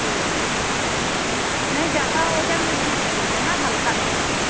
ठीक है हाँ नहीं ज़्यादा वजन में नहीं चाहिएगा ना हल्का में चाहिए